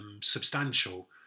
substantial